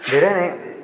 धेरै नै